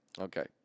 Okay